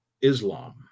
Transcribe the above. Islam